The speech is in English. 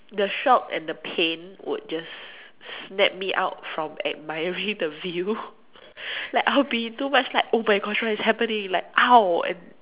the shock and the pain would just snap me out from admiring the view like I would be in too much like !oh-my-gosh! what is happening like !ow! and